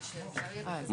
כי הנושא הזה נדון,